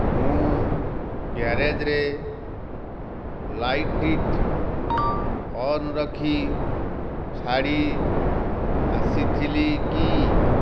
ମୁଁ ଗ୍ୟାରେଜ୍ରେ ଲାଇଟ୍ଟି ଅନ୍ ରଖି ଛାଡ଼ି ଆସିଥିଲି କି